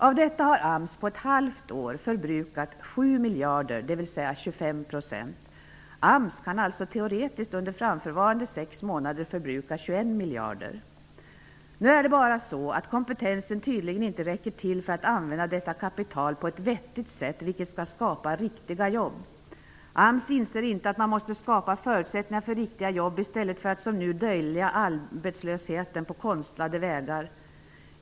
Av detta har AMS på ett halvt år förbrukat 7 miljarder, dvs. 25 %! AMS kan alltså teoretiskt under framförvarande sex månader förbruka 21 miljarder kronor. Nu räcker tydligen inte kompetensen till för att använda detta kapital på ett vettigt sätt för att skapa riktiga jobb. AMS inser inte att man måste skapa förutsättningar för riktiga jobb i stället för att som nu dölja arbetslösheten på konstlade vägar.